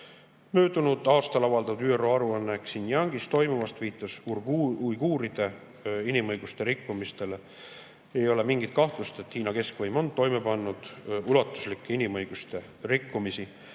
Möödunud aastal avaldatud ÜRO aruanne Xinjiangis toimuvast viitas uiguuride inimõiguste rikkumistele. Ei ole mingit kahtlust, et Hiina keskvõim on toime pannud ulatuslikke inimõiguste rikkumisi.